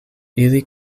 ili